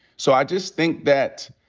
so i just think that,